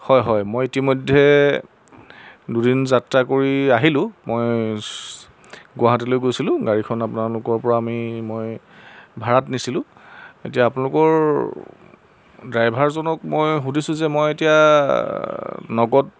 হয় হয় মই ইতিমধ্যে দুদিন যাত্ৰা কৰি আহিলোঁ মই গুৱাহাটীলৈ গৈছিলোঁ গাড়ীখন আপোনালোকৰপৰা আমি মই ভাড়াত নিছিলোঁ এতিয়া আপোনালোকৰ ড্ৰাইভাৰজনক মই সুধিছোঁ যে মই এতিয়া নগদ